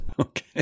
Okay